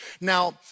Now